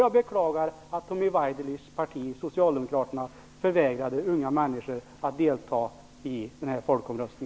Jag beklagar att Tommy Waidelichs parti, Socialdemokraterna, förvägrar unga människor att delta i denna folkomröstning.